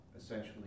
essentially